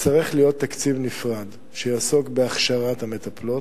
יצטרך להיות תקציב נפרד שיעסוק בהכשרת המטפלות,